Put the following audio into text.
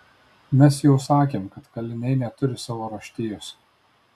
mes jau sakėm kad kaliniai neturi savo raštijos